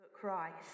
Christ